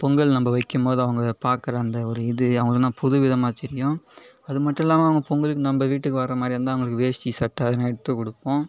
பொங்கல் நம்ப வைக்கும்போது அவங்க பார்க்குற அந்த ஒரு இது அவங்களுக்குலாம் புதுவிதமாக தெரியும் அது மட்டுமில்லாமல் அவங்க பொங்கலுக்கு நம்ம வீட்டுக்கு வர மாதிரி இருந்தால் அவங்களுக்கு வேஷ்டி சட்டை அதலாம் எடுத்து கொடுப்போம்